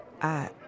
I